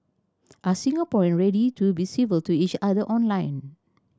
are Singaporean ready to be civil to each other online